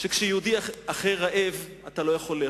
שכשיהודי אחר רעב, אתה לא יכול לאכול.